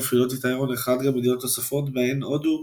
מפעילות את ההרון 1 גם מדינות נוספות בהן הודו,